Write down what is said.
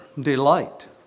delight